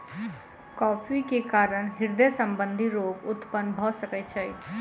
coffee के कारण हृदय संबंधी रोग उत्पन्न भअ सकै छै